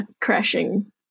crashing